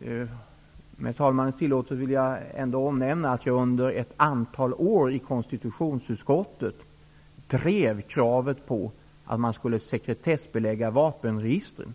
i det svenska samhället. Med talmannens tillåtelse vill jag omnämna att jag under att antal år i konstitutionsutskottet drev kravet på att man skulle sekretessbelägga vapenregistren.